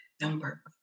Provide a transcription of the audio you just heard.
number